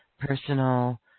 personal